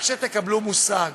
רק שתקבלו מושג,